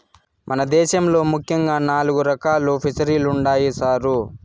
మన దేశంలో ముఖ్యంగా నాలుగు రకాలు ఫిసరీలుండాయి సారు